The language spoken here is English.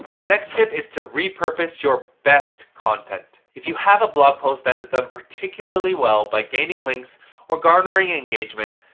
the next tip is to repurpose your best content. if have a blog post that has done particularly well by gaining links or garnering engagement,